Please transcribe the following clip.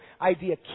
idea